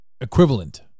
Equivalent